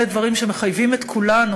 אלה דברים שמחייבים את כולנו,